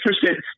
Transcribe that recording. percent